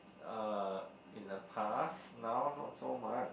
uh in the past now not so much